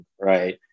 right